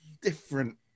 different